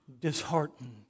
disheartened